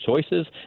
choices